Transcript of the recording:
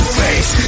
face